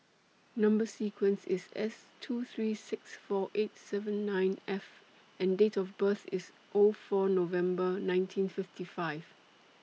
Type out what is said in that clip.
Number sequence IS S two three six four eight seven nine F and Date of birth IS O four November nineteen fifty five